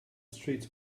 streets